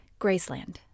Graceland